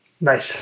Nice